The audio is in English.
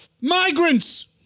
Migrants